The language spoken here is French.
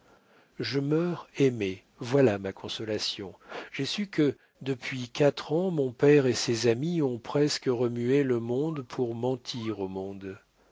je meurs aimée voilà ma consolation j'ai su que depuis quatre ans mon père et ses amis ont presque remué le monde pour mentir au monde